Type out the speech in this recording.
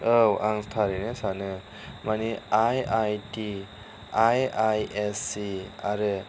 औ आं थारैनो सानो माने I I T I I S C आरो